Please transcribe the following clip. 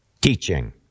teaching